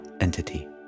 entity